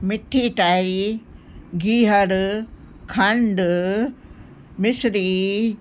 मीठी टाई गिहरु खंड मिसिरी